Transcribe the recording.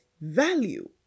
value